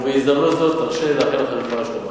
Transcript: ובהזדמנות זאת תרשה לי לאחל לך רפואה שלמה.